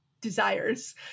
desires